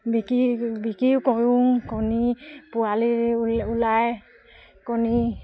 বিক্ৰী বিক্ৰীয়ো কৰোঁ কণী পোৱালি ওলায় কণী